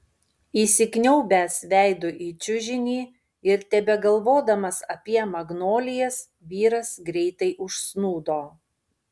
įsikniaubęs veidu į čiužinį ir tebegalvodamas apie magnolijas vyras greitai užsnūdo